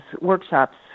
workshops